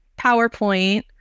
PowerPoint